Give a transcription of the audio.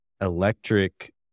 electric